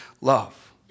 love